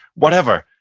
whatever,